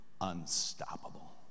unstoppable